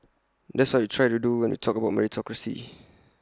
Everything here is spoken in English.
that's what we try to do and we talked about meritocracy